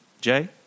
Jay